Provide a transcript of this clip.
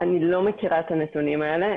לא מכירה את הנתונים האלה.